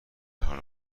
حال